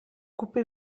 coupée